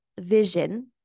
vision